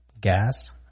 gas